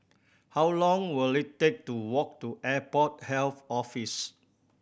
how long will it take to walk to Airport Health Office